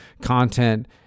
content